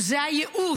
שזה היה ייאוש.